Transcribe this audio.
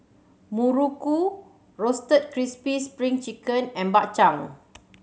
muruku Roasted Crispy Spring Chicken and Bak Chang